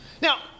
Now